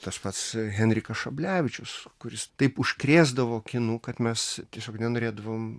tas pats henrikas šablevičius kuris taip užkrėsdavo kinu kad mes tiesiog nenorėdavom